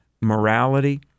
morality